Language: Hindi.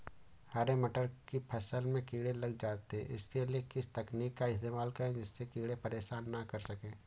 हरे मटर की फसल में कीड़े लग जाते हैं उसके लिए किस तकनीक का इस्तेमाल करें जिससे कीड़े परेशान ना कर सके?